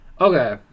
Okay